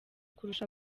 kurusha